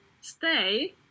stay